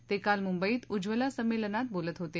ते काल मुंबईत उज्ज्वला संमेलनात बोलत होते